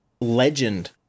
legend